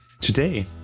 Today